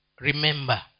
remember